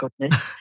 goodness